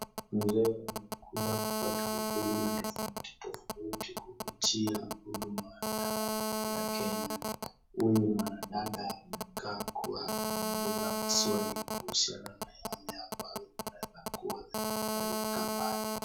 Mzee amekuja kupata huduma tofauti tofauti kupitia Hudama la, ya Kenya, huyu mwanadada ni kama alikuwa anamuuliza maswali kuhusiana na yale ambayo yanaweza kuwa yalimpeleka pale.